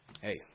hey